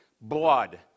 Blood